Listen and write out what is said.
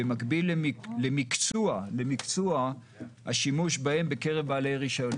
מקביל למקצוע השימוש בהם בקרב בעלי רישיון.